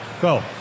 Go